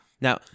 Now-